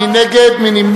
מי נגד?